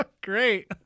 Great